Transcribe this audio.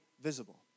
visible